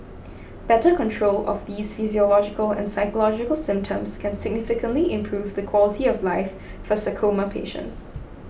better control of these physiological and psychological symptoms can significantly improve the quality of life for sarcoma patients